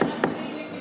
אולי האחרים ילמדו ממנו.